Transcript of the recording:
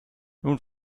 nun